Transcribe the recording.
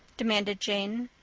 demanded jane.